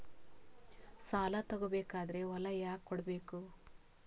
ಸಾಲ ತಗೋ ಬೇಕಾದ್ರೆ ಹೊಲ ಯಾಕ ಕೊಡಬೇಕು?